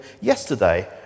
Yesterday